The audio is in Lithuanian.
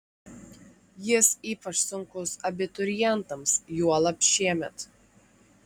jis ypač sunkus abiturientams juolab šiemet